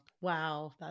Wow